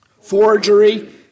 forgery